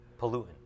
pollutant